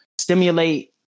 Stimulate